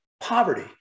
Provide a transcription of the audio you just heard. Poverty